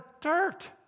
dirt